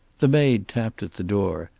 the maid tapped at the door.